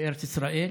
בארץ ישראל,